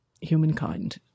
humankind